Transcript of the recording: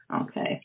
Okay